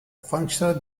functional